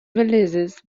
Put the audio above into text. releases